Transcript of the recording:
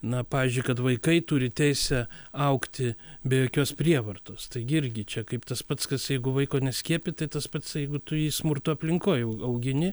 na pavyzdžiui kad vaikai turi teisę augti be jokios prievartos taigi irgi čia kaip tas pats kas jeigu vaiko neskiepyt tas pats jeigu tu jį smurto aplinkoje au augini